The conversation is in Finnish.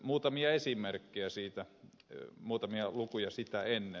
muutamia esimerkkejä siitä muutamia lukuja sitä ennen